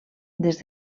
des